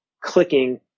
clicking